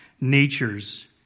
natures